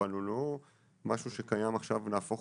אבל זה לא משהו שקיים עכשיו ונהפך